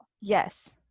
Yes